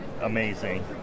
amazing